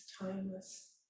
timeless